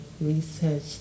research